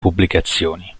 pubblicazioni